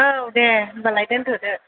औ दे होनबालाय दोनथ'दो